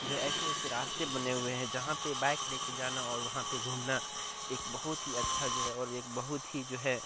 جو ہے ایسے ایسے راستے بنے ہوئے ہیں جہاں پہ بائک لے کے جانا اور وہاں پہ گھومنا ایک بہت ہی اچھا جو ہے اور ایک بہت ہی جو ہے